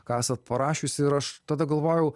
ką esat parašiusi ir aš tada galvojau